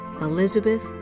Elizabeth